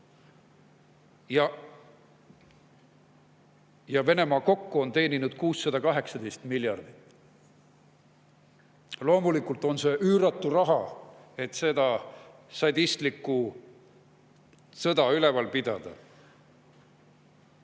Venemaa on kokku teeninud 618 miljardit. Loomulikult on see üüratu raha, et seda sadistlikku sõda ülal pidada.